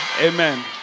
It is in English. Amen